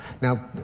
Now